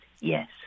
yes